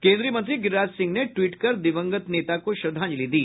केन्द्रीय मंत्री गिरिराज सिंह ने ट्वीट कर दिवंगत नेता को श्रद्धांजलि दी